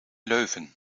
leuven